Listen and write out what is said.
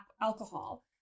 alcohol